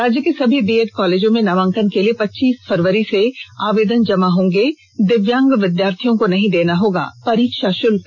राज्य के सभी बीएड कॉलेजों में नामांकन के लिए पच्चीस फरवरी से आवेदन जमा होंगे दिव्यांग विद्यार्थियों को नहीं देना होगा परीक्षा शुल्क